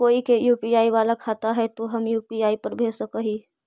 कोय के यु.पी.आई बाला खाता न है तो हम यु.पी.आई पर भेज सक ही?